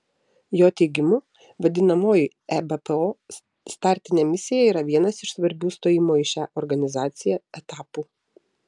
jo teigimu vadinamoji ebpo startinė misija yra vienas iš svarbių stojimo į šią organizaciją etapų